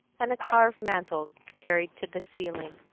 and a carved mantel carried to the ceiling.